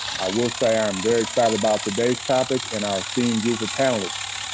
i will say i am very excited about today's topic and our esteemed group of panelists.